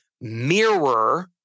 mirror